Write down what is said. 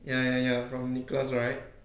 ya ya ya from nicholas right